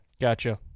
gotcha